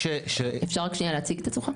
בשמחה.